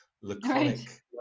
laconic